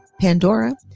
pandora